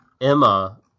Emma